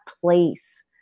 place